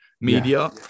media